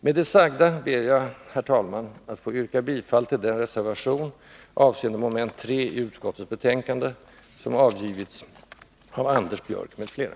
Med det sagda ber jag, herr talman, att få yrka bifall till den reservation avseende mom. 3 i utskottets betänkande, som avgivits av Anders Björck m.fl.